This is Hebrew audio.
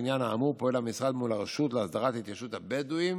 בעניין האמור פועל המשרד מול הרשות להסדרת התיישבות הבדואים